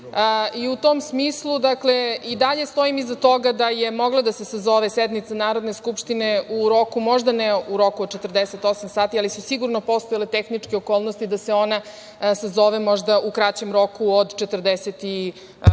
tom smislu, dakle, i dalje stojim iza toga da je mogla da se sazove sednica Narodne skupštine u roku, možda ne u roku od 48 sati, ali su sigurno postojale tehničke okolnosti da se ona sazove možda u kraćem roku od 44,